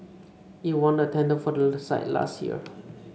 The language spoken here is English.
it won the tender for that site last year